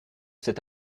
cet